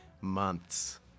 months